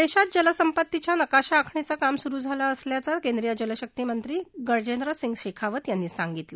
देशात जलसंपत्तीच्या नकाशा आखणीचं काम सुरु झालं असल्याचं केंद्रीय जलशक्ती मंत्री गजेंद्र सिंग शेखावत यांनी सांगितलं